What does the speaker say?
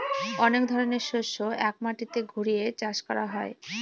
অনেক ধরনের শস্য এক মাটিতে ঘুরিয়ে চাষ করা হয়